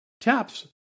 TAP's